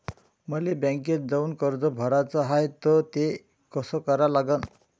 मले बँकेत जाऊन कर्ज भराच हाय त ते कस करा लागन?